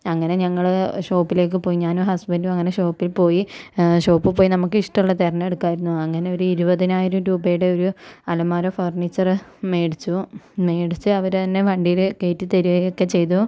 അങ്ങനെ ഞങ്ങൾ ഷോപ്പിലേക്ക് പോയി ഞാനും ഹസ്ബൻഡും അങ്ങനെ ഷോപ്പിൽ പോയി ഷോപ്പിൽ പോയി നമുക്ക് ഇഷ്ടമുള്ളത് തിരഞ്ഞെടുക്കാമായിരുന്നു അങ്ങനെ ഒരു ഇരുപതിനായിരം രൂപയുടെ ഒരു അലമാര ഫർണിച്ചർ മേടിച്ചു മേടിച്ച് അവർ തന്നെ വണ്ടിയിൽ കയറ്റി തരികയൊക്കെ ചെയ്തു